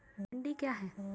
मंडी क्या हैं?